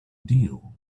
deal